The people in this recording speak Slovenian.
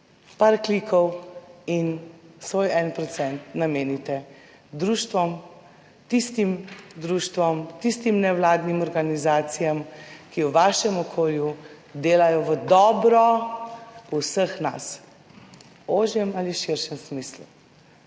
par klikov in svoj 1 % namenite društvom, tistim društvom, tistim nevladnim organizacijam, ki v vašem okolju delajo v dobro vseh nas, v ožjem ali širšem smislu.